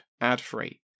ad-free